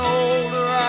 older